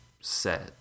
set